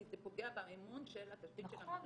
כי זה פוגע באמון של התפקיד של --- נכון,